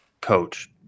coach